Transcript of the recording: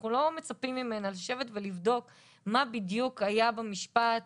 אנחנו לא מצפים ממנה לשבת ולבדוק מה בדיוק היה במשפט,